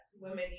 Women